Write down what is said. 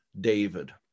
David